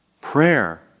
Prayer